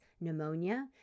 pneumonia